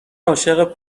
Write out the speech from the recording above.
عاشق